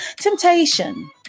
Temptation